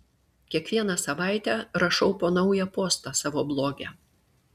kiekvieną savaitę rašau po naują postą savo bloge